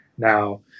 now